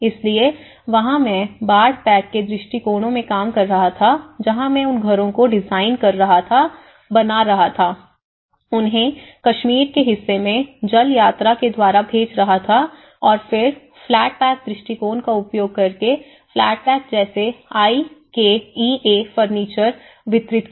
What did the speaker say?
इसलिए वहां मैं बाढ़ पैक के दृष्टिकोणों में काम कर रहा था जहां मैं उन घरों को डिजाइन कर रहा था बना रहा था उन्हें कश्मीर के हिस्से में जल यात्रा के द्वारा भेज रहा था और फिर फ्लैट पैक दृष्टिकोण का उपयोग करके फ्लैट पैक जैसे I K E A furniture वितरित किया